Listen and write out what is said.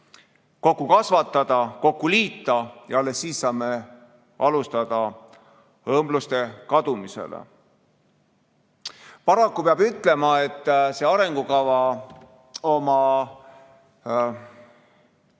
kokku kasvatada ja kokku liita. Alles siis saame alustada õmbluste kaotamist. Paraku peab ütlema, et see arengukava oma